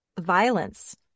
violence